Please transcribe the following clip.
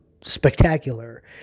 spectacular